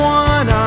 one